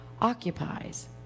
occupies